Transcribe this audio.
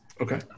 Okay